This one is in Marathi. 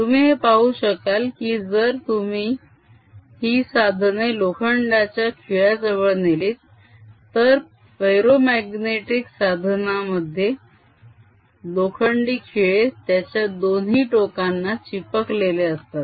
तुम्ही हे पाहू शकाल की जर तुम्ही ही साधने लोखंडाच्या खिळ्याजवळ नेलीत तर फेरोमाग्नेटीक साधनामध्ये लोखंडी खिळे त्याच्या दोन्ही टोकांना चिपकलेले असतात